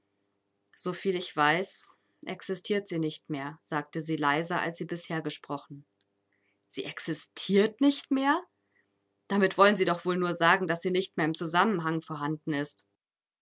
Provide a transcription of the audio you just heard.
soviel ich weiß existiert sie nicht mehr sagte sie leiser als sie bisher gesprochen sie existiert nicht mehr damit wollen sie doch wohl nur sagen daß sie nicht mehr im zusammenhang vorhanden ist